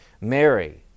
Mary